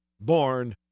born